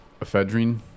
ephedrine